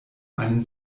einen